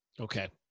Okay